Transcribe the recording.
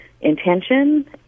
intention